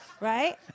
right